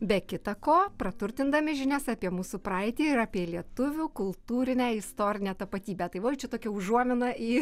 be kita ko praturtindami žinias apie mūsų praeitį ir apie lietuvių kultūrinę istorinę tapatybę tai oj čia tokia užuomina į